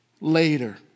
later